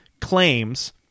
claims